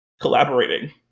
collaborating